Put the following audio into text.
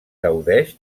gaudeix